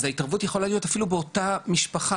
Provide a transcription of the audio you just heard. אז ההתערבות יכולה לבוא גם מאותה משפחה,